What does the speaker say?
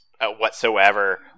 whatsoever